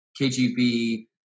KGB